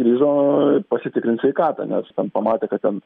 grįžo pasitikrint sveikatą nes pamatė kad ten